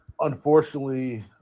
unfortunately